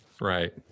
Right